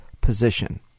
position